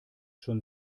schon